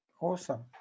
Awesome